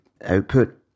output